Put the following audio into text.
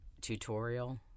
tutorial